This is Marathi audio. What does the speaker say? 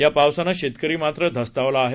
या पावसानं शेतकरी मात्र धास्तावला आहे